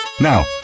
Now